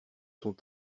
sont